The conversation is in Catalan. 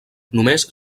només